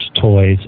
toys